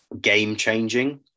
game-changing